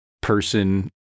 person